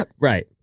Right